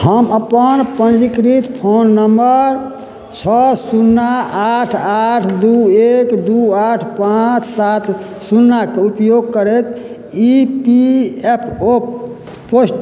हम अपन पंजीकृत फोन नंबर छओ सुन्ना आठ आठ दू एक दू आठ पाँच सात सुन्नाके उपयोग करैत E P F O post